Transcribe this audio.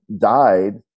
died